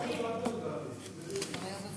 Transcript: לוועדה, לדעתי, לאיזו?